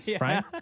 right